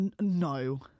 No